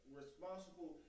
responsible